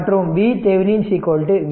மற்றும் VThevenin Va Vb 32